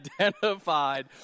identified